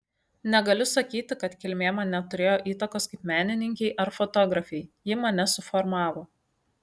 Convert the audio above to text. negaliu sakyti kad kilmė man neturėjo įtakos kaip menininkei ar fotografei ji mane suformavo